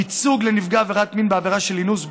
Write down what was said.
ייצוג לנפגע עבירת מין בעבירה של אינוס,